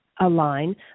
align